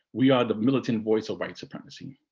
we are the militant voice of white supremacy.